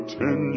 ten